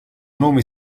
nome